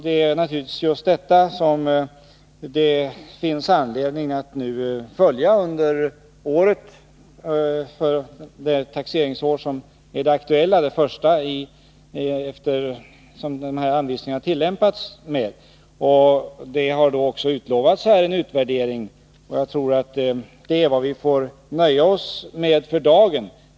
Detta finns det naturligtvis anledning att följa upp under det taxeringsår som är det aktuella, det första som anvisningarna tillämpats för. Det har också utlovats en utvärdering. Jag tror att detta är vad vi får nöja oss med för dagen.